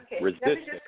resistance